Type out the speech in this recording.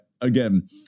again